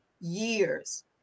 years